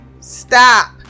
stop